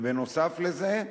ובנוסף לזה,